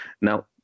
Now